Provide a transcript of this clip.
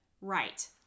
Right